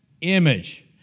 image